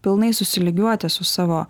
pilnai susilygiuoti su savo